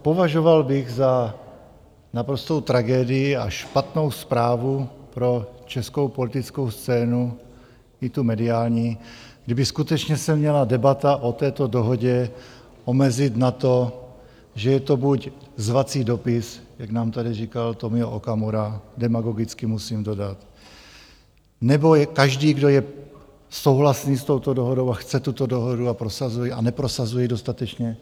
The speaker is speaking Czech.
Považoval bych za naprostou tragédii a špatnou zprávu pro českou politickou scénu, i tu mediální, kdyby se skutečně měla debata o této dohodě omezit na to, že je to buď zvací dopis, jak nám tady říkal Tomio Okamura demagogicky, musím dodat nebo že každý, kdo je souhlasný s touto dohodou a chce tuto dohodu a neprosazuje ji dostatečně...